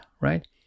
right